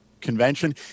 Convention